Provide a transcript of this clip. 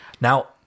Now